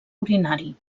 urinari